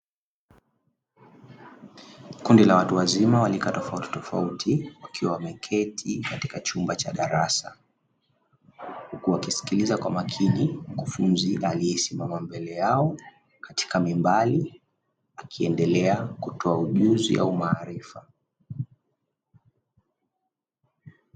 Kundi la watu wazima wa rika tofauti tofauti wakiwa wameketi katika chumba cha darasa. Huku wakisikiliza kwa makini mkufunzi aliyesimama mbele yao katika mimbari, akiendelea kutoa ujuzi au maarifa.